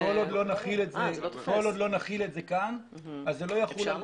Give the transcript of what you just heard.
כל עוד לא נחיל את זה כאן, זה לא יחול עליהן.